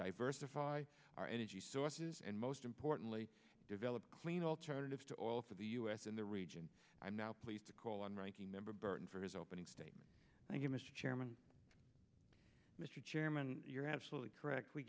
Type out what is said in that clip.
diversify our energy sources and most importantly develop clean alternatives to oil for the u s in the region i'm now pleased to call on ranking member burton for his opening statement thank you mr chairman mr chairman you're absolutely correct we